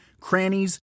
crannies